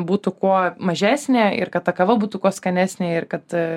būtų kuo mažesnė ir kad ta kava būtų kuo skanesnė ir kad